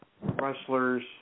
wrestlers